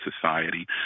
society